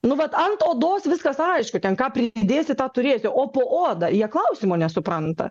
nu vat ant odos viskas aišku ten ką pridėsi tą turėsi o po oda jie klausimo nesupranta